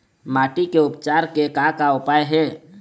माटी के उपचार के का का उपाय हे?